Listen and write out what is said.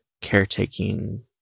caretaking